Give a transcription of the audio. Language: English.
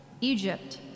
Egypt